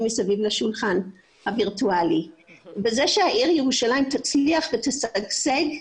מסביב לשולחן הווירטואלי וזה שהעיר ירושלים תצליח ותשגשג.